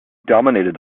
dominated